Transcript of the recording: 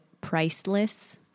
priceless